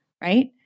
right